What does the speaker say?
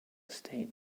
state